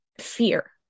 fear